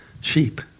sheep